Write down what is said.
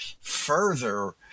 further